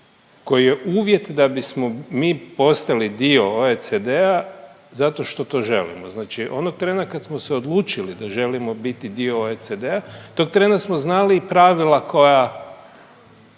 koji je uvjet da bismo mi postali dio OECD-a zato što to želimo. Znači onog trena kada smo se odlučili da želimo biti dio OECD-a, tog trena smo znali i pravila koja